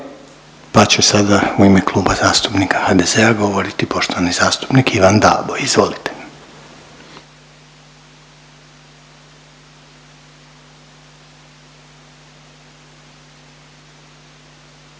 će završno u ime Kluba zastupnika HDZ-a govoriti poštovani zastupnik Zoran Gregurović. Izvolite.